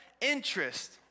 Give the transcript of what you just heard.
interest